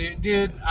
Dude